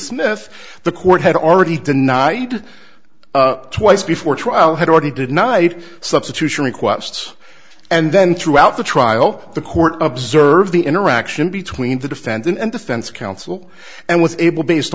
smith the court had already denied twice before trial had already did night substitution requests and then throughout the trial the court observed the interaction between the defendant and defense counsel and was able based